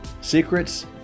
Secrets